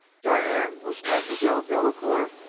diane was mademoiselle delacoeur!